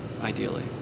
ideally